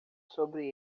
sobre